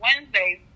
Wednesdays